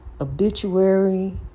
obituary